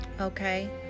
Okay